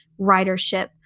ridership